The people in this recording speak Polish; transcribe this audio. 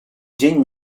dzień